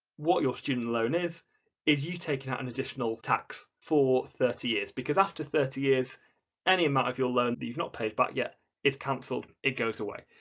what your student loan is is you taking out an additional tax for thirty years, because after thirty years any amount of your loan you've not paid back yet is canceled, it goes away.